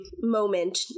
moment